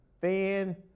fan